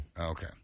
Okay